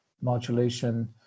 modulation